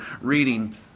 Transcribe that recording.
reading